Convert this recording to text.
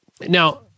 Now